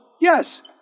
yes